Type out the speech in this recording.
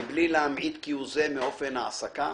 מבלי להמעיט כהוא זה מאופן ההעסקה,